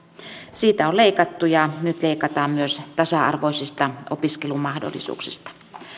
siitä on leikattu ja nyt leikataan myös tasa arvoisista opiskelumahdollisuuksista